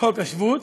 חוק השבות,